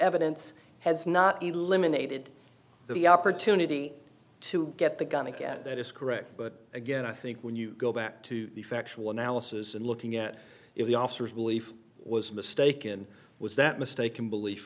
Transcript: evidence has not eliminated that the opportunity to get the gun again that is correct but again i think when you go back to the factual analysis and looking at if the officers belief was mistaken was that mistaken belief